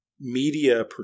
Media